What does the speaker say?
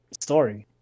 story